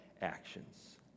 actions